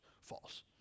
false